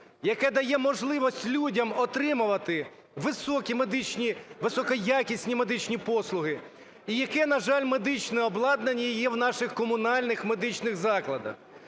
яке дає можливість людям отримувати високі медичні, високоякісні медичні послуги, і яке, на жаль, медичне обладнання є в наших комунальних медичних закладах.